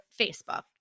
Facebook